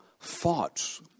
thoughts